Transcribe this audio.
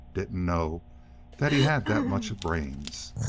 didn't know that he had that much brains.